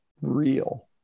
real